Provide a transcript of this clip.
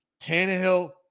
Tannehill